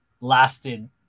lasted